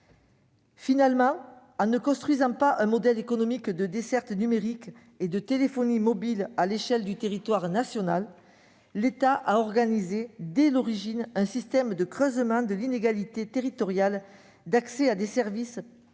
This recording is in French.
Finalement, en ne construisant pas un modèle économique de desserte numérique et de téléphonie mobile à l'échelle du territoire national, l'État a organisé dès l'origine un système de creusement de l'inégalité territoriale d'accès à des services pourtant